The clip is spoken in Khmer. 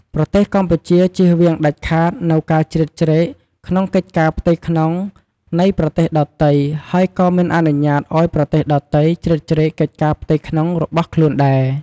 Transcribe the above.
ប្រទេសកម្ពុជាចៀសវាងដាច់ខាតនូវការជ្រៀតជ្រែកក្នុងកិច្ចការផ្ទៃក្នុងនៃប្រទេសដទៃ ហើយក៏មិនអនុញ្ញាតឱ្យប្រទេសដទៃជ្រៀតជ្រែកកិច្ចការផ្ទៃក្នុងរបស់ខ្លួនដែរ។